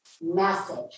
message